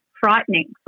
frightening